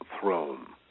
throne